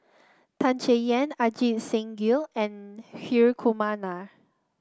Tan Chay Yan Ajit Singh Gill and Hri Kumar Nair